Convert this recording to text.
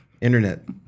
Internet